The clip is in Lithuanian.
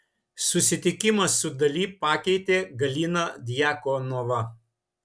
susitikimas su dali pakeitė galiną djakonovą